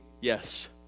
Yes